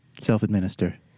self-administer